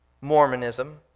Mormonism